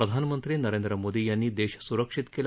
प्रधानमंत्री नरेंद्र मोदी यांनी देश सुरक्षित केला